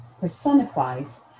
personifies